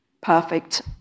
perfect